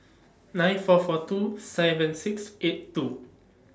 nine four four two seven six eight two